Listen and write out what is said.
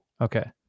okay